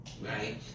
right